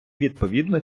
відповідно